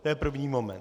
To je první moment.